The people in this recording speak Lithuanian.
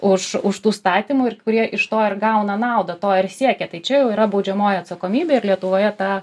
už už tų statymų ir kurie iš to ir gauna naudą to ir siekė tai čia jau yra baudžiamoji atsakomybė ir lietuvoje tą